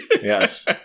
Yes